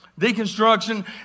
Deconstruction